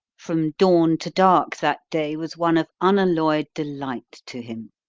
from dawn to dark that day was one of unalloyed delight to him.